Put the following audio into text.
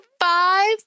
five